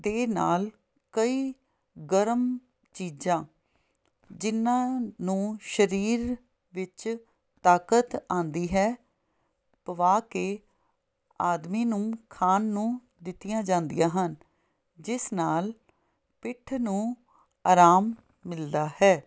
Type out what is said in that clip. ਦੇ ਨਾਲ ਕਈ ਗਰਮ ਚੀਜ਼ਾਂ ਜਿਹਨਾਂ ਨੂੰ ਸਰੀਰ ਵਿੱਚ ਤਾਕਤ ਆਉਂਦੀ ਹੈ ਪਵਾ ਕੇ ਆਦਮੀ ਨੂੰ ਖਾਣ ਨੂੰ ਦਿੱਤੀਆਂ ਜਾਂਦੀਆਂ ਹਨ ਜਿਸ ਨਾਲ ਪਿੱਠ ਨੂੰ ਆਰਾਮ ਮਿਲਦਾ ਹੈ